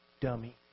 dummy